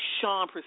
Sean